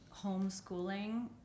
homeschooling